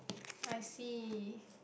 I see